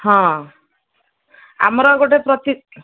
ହଁ ଆମର ଗୋଟେ ପ୍ରତି